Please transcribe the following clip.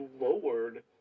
lowered